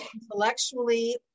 intellectually